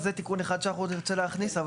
אז זה תיקון אחד שאנחנו נרצה להכניס.